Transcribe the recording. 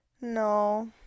No